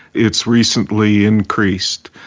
it's recently increased.